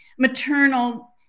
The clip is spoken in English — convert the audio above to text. maternal